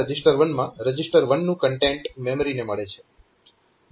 MOV memreg1 માં register 1 નું content મેમરીને મળે છે